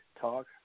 Talk